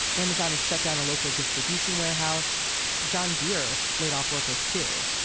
amazon has shut down a local distribution warehouse john deere laid off workers too.